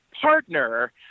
partner